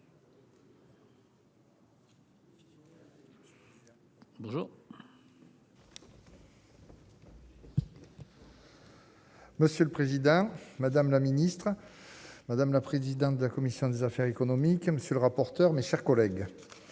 Monsieur le président, madame la ministre, madame la présidente de la commission des affaires économiques, monsieur le rapporteur, mes chers collègues,